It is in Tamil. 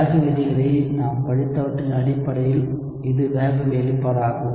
வேக விதிகளை நாம் படித்தவற்றின் அடிப்படையில் இது வேக வெளிப்பாடாகும்